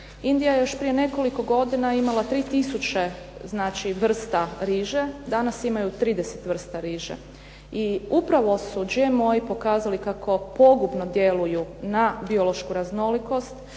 Indija je još prije nekoliko godina imala 3 tisuće vrsta riže, danas imaju 30 vrsta riže i upravo su GMO-i pokazali kako pogubno djeluju na biološku raznolikost